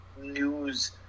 news